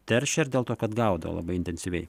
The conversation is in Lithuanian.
teršia ar dėl to kad gaudo labai intensyviai